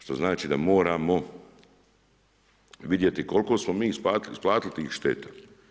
Što znači da moramo vidjeti koliko smo mi isplatili tih šteta.